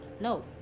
No